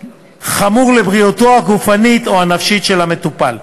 חמור לבריאותו הגופנית או הנפשית של המטופל.